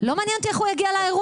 לא מעניין אותי איך הוא יגיע לאירוע.